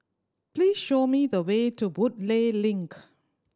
please show me the way to Woodleigh Link